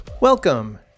Welcome